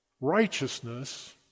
righteousness